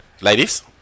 Ladies